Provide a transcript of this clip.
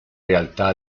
realtà